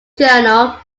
journal